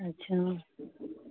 अच्छा